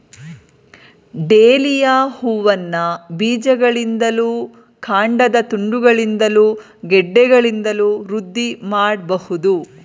dahlia ಹೂವನ್ನ ಬೀಜಗಳಿಂದಲೂ ಕಾಂಡದ ತುಂಡುಗಳಿಂದಲೂ ಗೆಡ್ಡೆಗಳಿಂದಲೂ ವೃದ್ಧಿ ಮಾಡ್ಬಹುದು